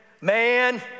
man